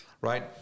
right